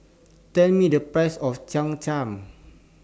Tell Me The Price of Cham Cham